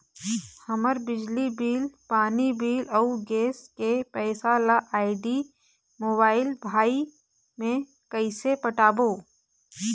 हमर बिजली बिल, पानी बिल, अऊ गैस के पैसा ला आईडी, मोबाइल, भाई मे कइसे पटाबो?